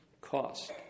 cost